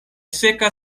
seka